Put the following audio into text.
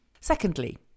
Secondly